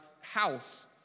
house